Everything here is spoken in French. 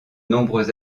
nombreux